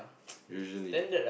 usually